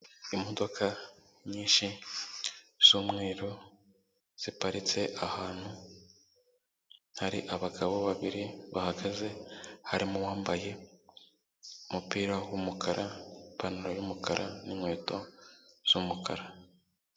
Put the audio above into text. Imodoka nyinshi z'umweru, ziparitse ahantu hari abagabo babiri bahagaze, harimo uwambaye umupira w'umukara, ipantaro y'umukara n'inkweto z'umukara.